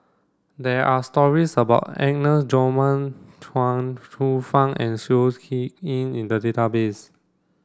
there are stories about Agnes Joaquim Chuang Hsueh Fang and Seow Yit Kin in the database